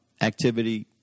activity